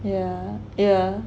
yeah yeah